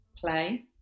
play